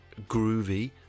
groovy